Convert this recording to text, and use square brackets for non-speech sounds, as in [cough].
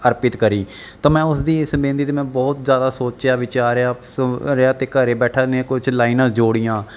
ਅਰਪਿਤ ਕਰੀ ਤਾਂ ਮੈਂ ਉਸਦੀ ਇਸ ਬੇਨਤੀ 'ਤੇ ਮੈਂ ਬਹੁਤ ਜ਼ਿਆਦਾ ਸੋਚਿਆ ਵਿਚਾਰਿਆ [unintelligible] ਰਿਹਾ ਅਤੇ ਘਰ ਬੈਠੇ ਨੇ ਕੁਝ ਲਾਈਨਾਂ ਜੋੜੀਆਂ